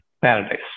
paradise